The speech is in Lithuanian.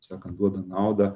sakant duoda naudą